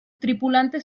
tripulantes